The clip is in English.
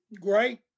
Great